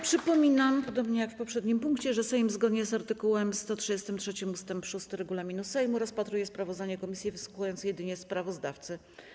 Przypominam, podobnie jak w poprzednim punkcie, że Sejm, zgodnie z art. 133 st. 6 regulaminu Sejmu, rozpatruje sprawozdanie komisji, wysłuchując jedynie sprawozdawcy.